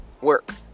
work